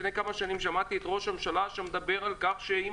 לפני כמה שנים שמעתי את ראש הממשלה שמדבר על כך שאם